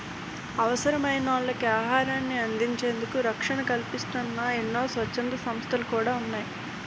అవసరమైనోళ్ళకి ఆహారాన్ని అందించేందుకు రక్షణ కల్పిస్తూన్న ఎన్నో స్వచ్ఛంద సంస్థలు కూడా ఉన్నాయి